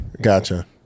Gotcha